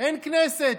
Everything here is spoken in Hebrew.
אין כנסת.